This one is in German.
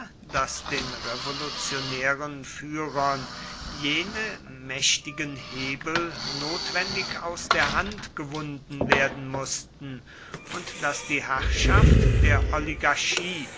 daß den revolutionären führern jene mächtigen hebel notwendig aus der hand gewunden werden mußten und daß die herrschaft der oligarchie